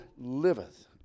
liveth